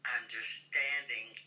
understanding